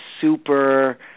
super